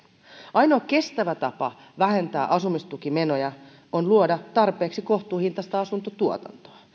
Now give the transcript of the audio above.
ainoa kestävä tapa vähentää asumistukimenoja on luoda tarpeeksi kohtuuhintaista asuntotuotantoa